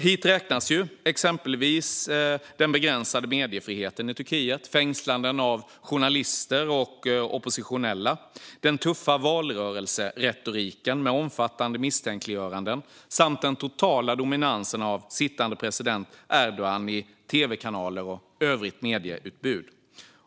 Hit räknas exempelvis den begränsade mediefriheten i Turkiet, fängslanden av journalister och oppositionella, den tuffa valrörelseretoriken med omfattande misstänkliggöranden samt den totala dominansen av sittande presidenten Erdogan i tv-kanaler och övrigt medieutbud.